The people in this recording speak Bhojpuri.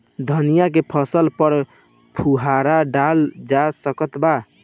धनिया के फसल पर फुहारा डाला जा सकत बा?